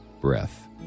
breath